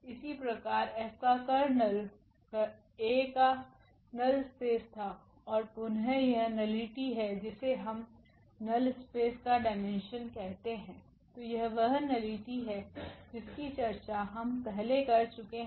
इसी प्रकार F का कर्नेल A का नल स्पेस थाऔर पुनः यह नलिटी हैजिसे हम नल स्पेस का डाईमेन्शन कहते हैं तो यह वह नलिटी है जिसकी चर्चा हम पहले कर चुके हैं